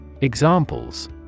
Examples